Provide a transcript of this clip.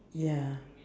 ya